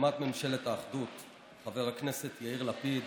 להקמת ממשלת האחדות חבר הכנסת יאיר לפיד